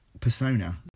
persona